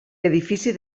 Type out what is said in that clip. edifici